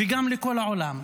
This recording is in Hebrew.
וגם לכל העולם,